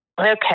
Okay